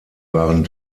waren